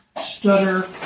stutter